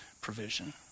provision